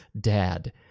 dad